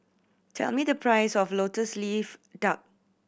tell me the price of Lotus Leaf Duck